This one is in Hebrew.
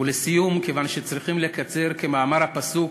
לסיום, כיוון שצריכים לקצר, כמאמר הפסוק: